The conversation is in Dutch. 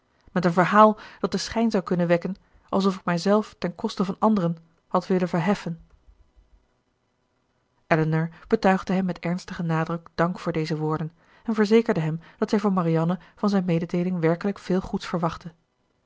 met een verhaal dat den schijn zou kunnen wekken alsof ik mijzelf ten koste van anderen had willen verheffen elinor betuigde hem met ernstigen nadruk dank voor deze woorden en verzekerde hem dat zij voor marianne van zijne mededeeling werkelijk veel goeds verwachtte